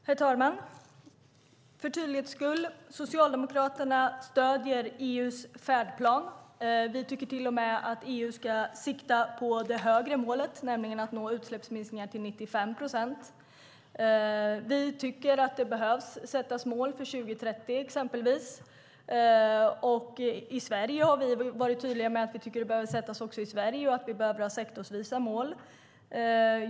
Herr talman! För tydlighets skull: Socialdemokraterna stöder EU:s färdplan. Vi tycker till och med att EU ska sikta på det högre målet, alltså att nå utsläppsminskningar till 95 procent. Vi tycker att det behöver sättas mål för 2030, exempelvis, och i Sverige har vi varit tydliga med att det behöver sättas också i Sverige samt att vi behöver ha sektorsvisa mål.